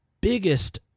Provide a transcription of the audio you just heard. biggest